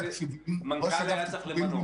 מנכ"ל היה צריך למנות.